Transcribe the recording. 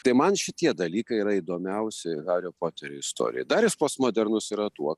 tai man šitie dalykai yra įdomiausi hario poterio istorijoj dar jis postmodernus yra tuo